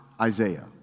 Isaiah